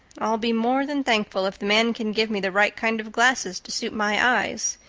i'll be more than thankful if the man can give me the right kind of glasses to suit my eyes.